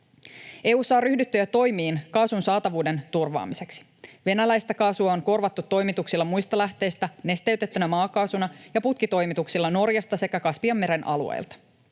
EU:ssa on ryhdytty jo toimiin kaasun saatavuuden turvaamiseksi. Venäläistä kaasua on korvattu toimituksilla muista lähteistä nesteytettynä maakaasuna ja putkitoimituksilla Norjasta sekä Kaspianmeren alueelta.